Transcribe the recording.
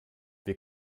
wir